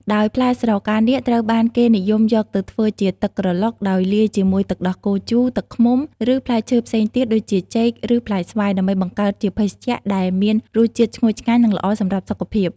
ដោយផ្លែស្រកានាគត្រូវបានគេនិយមយកទៅធ្វើជា ទឹកក្រឡុក ដោយលាយជាមួយទឹកដោះគោជូរ ទឹកឃ្មុំ ឬផ្លែឈើផ្សេងទៀតដូចជាចេក ឬផ្លែស្វាយ ដើម្បីបង្កើតជាភេសជ្ជៈដែលមានរសជាតិឈ្ងុយឆ្ងាញ់និងល្អសម្រាប់សុខភាព។